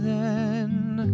man